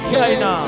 China